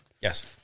Yes